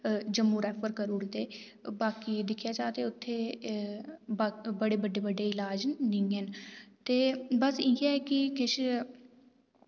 Jammu refer करूड़दे बाकी दिक्खेआ जा ते उत्थै बड़े बड्डे बड्डे इलाज निं ऐ न ते बस इ'यै कि किश